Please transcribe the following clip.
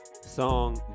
song